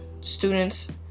students